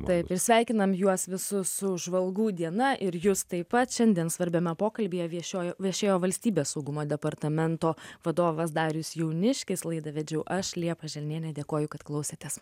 taip ir sveikiname juos visus su žvalgų diena ir jus taip pat šiandien svarbiame pokalbyje viešėjo viešėjo valstybės saugumo departamento vadovas darius jauniškis laidą vedžiau aš liepa želnienė dėkoju kad klausėtės